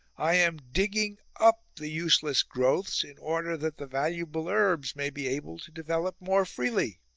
i am digging up the useless growths in order that the valuable herbs may be able to develop more freely